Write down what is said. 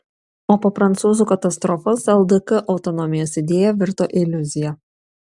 o po prancūzų katastrofos ldk autonomijos idėja virto iliuzija